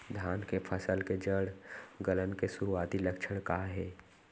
धान के फसल के जड़ गलन के शुरुआती लक्षण का हे?